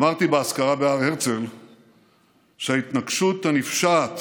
אמרתי באזכרה בהר הרצל שההתנקשות הנפשעת